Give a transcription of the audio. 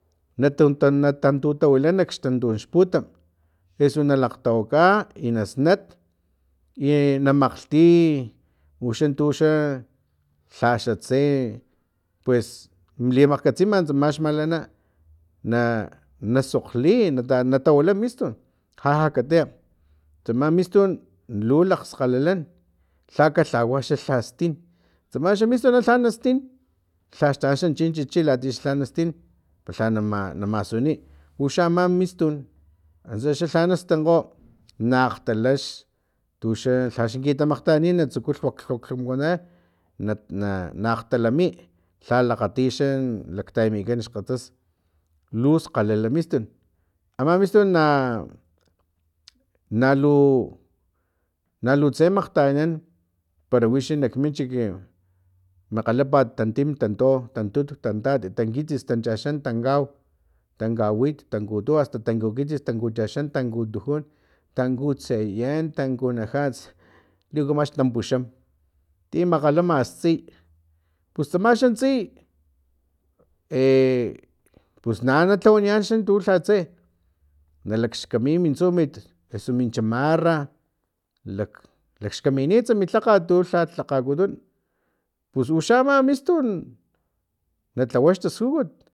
Natantu natantu tawila xtantun xputam eso nalakgtawaka i nasnat i na makgti uxan tuxa lha xatse pues limakgkatsima tsa xmalana na nasokgli nata natawila mistun lhalha ka tea tsama mistun lu lakgskgalalan lha kalhawa xastin tsama xa mistun lha nastin lhaxtanuntsa xa chin chichi latiya xa lhastin palha na na masuniy uxa ama mistun antsa xa lha nastinkgo nakgtala xtuxa litamakgtayaninat tsuku lhuak lhuakh lhwanan na nakgtalami lha lakgatixa xa laktayamikan kgatsas luskgalala mistun ama mistun na nalu nalute makgtayanan para wixi nak minchik makgalapat tantin tanto tantut tantat tankitsis tanchaxan tankau tankawit tankutu asta tankukitsis tankuchaxan tankutujun tankutsayan tankunajats liwaka mas tampuxam ti makgalama xtsiy pus tsamaxan tsiy e pus na nalhawaniyan xa tu lhatse nakaxkami min tsumit eso min chamarra lak lakxkaminits mi lhakgat tu lha lhakgakutun pus uxa ama mistun na tlawa xtaskujut